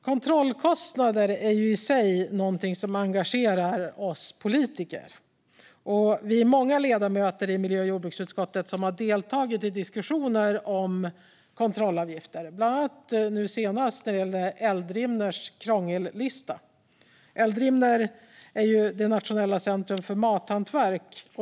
Kontrollkostnader i sig är något som engagerar oss politiker. Vi är många ledamöter i miljö och jordbruksutskottet som har deltagit i diskussioner om kontrollavgifter, senast när det gällde Eldrimners krångellista. Eldrimner är det nationella centrumet för mathantverk.